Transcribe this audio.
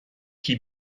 qui